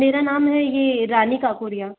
मेरा नाम है यह रानी काकुरिया